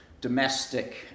domestic